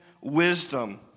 wisdom